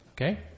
Okay